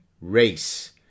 race